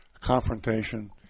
confrontation